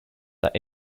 that